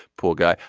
poor guy.